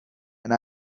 and